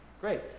great